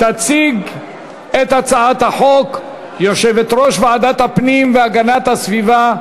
תציג את הצעת החוק יושבת-ראש ועדת הפנים והגנת הסביבה,